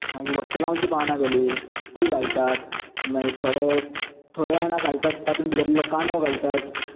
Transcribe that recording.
मागीर वटेलावांचीं पानां जालीं तीं घालतात मागीर थोडे थोडे जाणां घालतात तातूंत भितर इल्लो कांदो घालतात